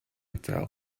tell